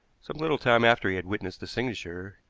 some little time after he had witnessed the signature,